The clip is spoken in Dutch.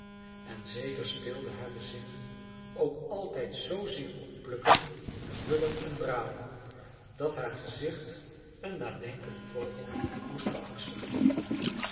en zeker speelden hare zinnen ook altijd zoozeer op plukken vullen en braden dat haar gezicht een nadenkenden vogel moest beangstigen